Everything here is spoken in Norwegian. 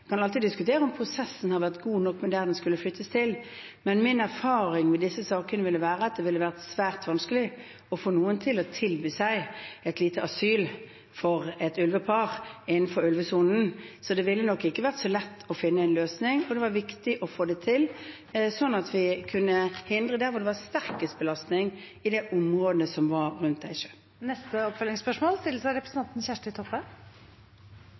kan alltid diskutere om prosessen har vært god nok der den skulle flyttes til. Men min erfaring med disse sakene er at det ville være svært vanskelig å få noen til å tilby et lite asyl for et ulvepar innenfor ulvesonen. Så det ville nok ikke vært så lett å finne en løsning. Men det var viktig å få det til, slik at vi kunne hindre det der hvor det var sterkest belastning: i områdene rundt Deisjøen. Kjersti Toppe – til oppfølgingsspørsmål.